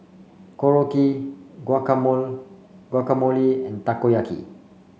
Korokke Guacamole and Takoyaki